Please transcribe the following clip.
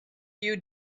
few